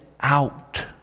out